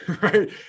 right